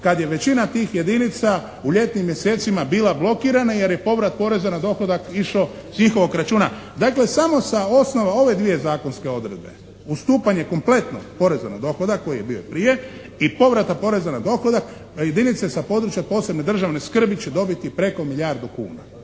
kad je većina tih jedinica u ljetnim mjesecima bila blokirana jer je povrat poreza na dohodak išao s njihovog računa. Dakle, samo sa osnova ove dvije zakonske odredbe, ustupanje kompletno poreza na dohodak koji je bio prije i povrata poreza na dohodak jedinice sa područja od posebne državne skrbi će dobiti preko milijardu kuna,